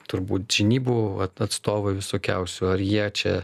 turbūt žinybų at atstovai visokiausių ar jie čia